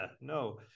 no